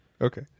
Okay